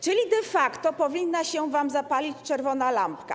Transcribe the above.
Czyli de facto powinna się wam zapalić czerwona lampka.